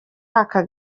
aka